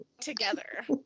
together